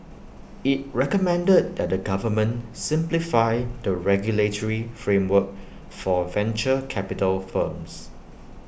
IT recommended that the government simplify the regulatory framework for venture capital firms